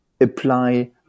apply